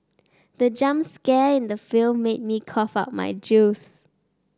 the jump scare in the film made me cough out my juice